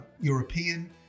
European